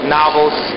novels